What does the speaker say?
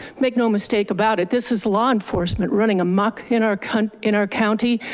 make no mistake about it. this is law enforcement running amok in our kind of in our county,